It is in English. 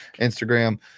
Instagram